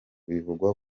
bivugwa